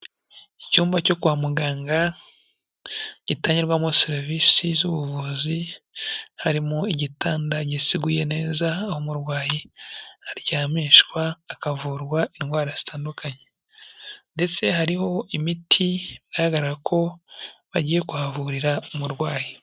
Icyumba cyo kwa muganga gitangirwamo serivisi z'ubuvuzi, harimo igitanda giseguye neza, aho umurwayi aryamishwa akavurwa indwara zitandukanye, ndetse hariho imiti igaragara ko bagiye kuhavurira umurwayi.